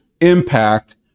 impact